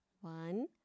One